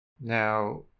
Now